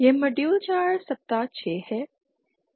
यह मॉड्यूल 4 सप्ताह 6 है